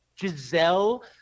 giselle